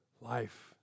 life